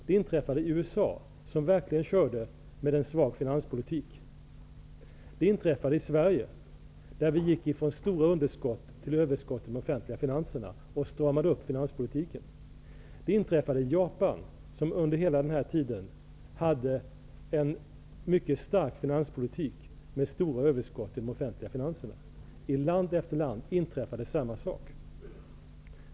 Det inträffade i USA, som verkligen körde med en svag finanspolitik. Det inträffade i Sverige, där vi gick från stora underskott till överskott i de offentliga finanserna och stramade upp finanspolitiken. Det inträffade i Japan, som under hela denna tid hade en mycket stark finanspolitik med stora överskott i de offentliga finanserna. I land efter land inträffade samma sak.